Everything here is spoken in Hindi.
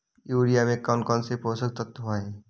यूरिया में कौन कौन से पोषक तत्व है?